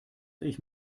ich